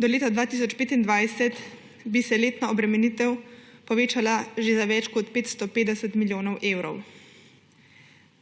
do leta 2025 bi se letna obremenitev povečala že za več kot 550 milijonov evrov.